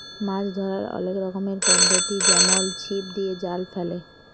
মাছ ধ্যরার অলেক রকমের পদ্ধতি যেমল ছিপ দিয়ে, জাল ফেলে